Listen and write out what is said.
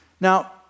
Now